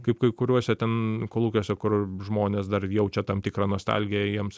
kaip kai kuriuose ten kolūkiuose kur žmonės dar jaučia tam tikrą nostalgiją jiems